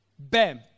Bam